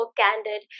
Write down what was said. candid